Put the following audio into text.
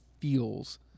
feels